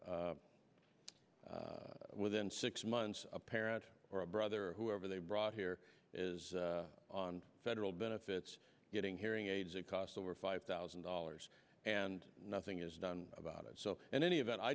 within six months a parent or a brother or whoever they brought here is on federal benefits getting hearing aids it costs over five thousand dollars and nothing is done about it so in any event i